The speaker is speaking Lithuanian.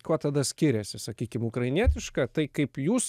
kuo tada skiriasi sakykim ukrainietiška tai kaip jūs